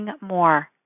more